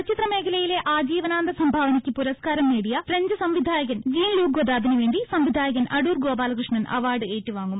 ചലച്ചിത്ര മേഖലയിലെ ആജീവനാന്ത സംഭാവനക്ക് പുരസ്കാരം നേടിയ ഫ്രഞ്ച് സംവിധായകൻ ജീൻ ലൂക്ക് ഗൊദാർദ് ന് വേണ്ടി സംവിധായകൻ അടൂർ ഗോപാലകൃഷ്ണൻ അവാർഡ് ഏറ്റുവാങ്ങും